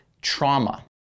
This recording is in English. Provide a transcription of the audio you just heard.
trauma